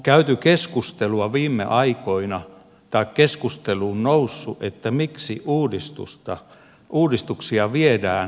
nyt sitten viime aikoina on keskusteluun noussut että miksi uudistuksia viedään hallinto edellä